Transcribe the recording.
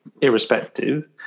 irrespective